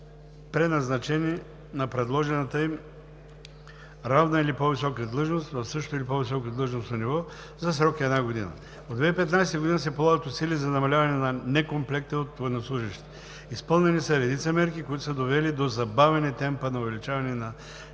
преназначени на предложената им равна или по-висока длъжност в същото или по-високо длъжностно ниво за срок една година. От 2015 г. се полагат усилия за намаляване на некомплекта от военнослужещи. Изпълнени са редица мерки, които са довели до забавяне темпа на увеличаване на